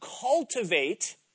cultivate